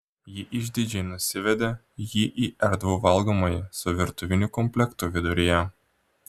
ji išdidžiai nusivedė jį į erdvų valgomąjį su virtuviniu komplektu viduryje